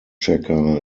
checker